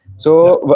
so